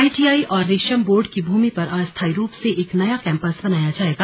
ITI और रेशम board की भूमि पर अस्थाई रूप से एक नया केंपस बनाया जाएगा